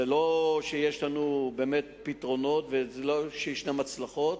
זה לא שיש לנו באמת פתרונות, ולא, ישנן הצלחות.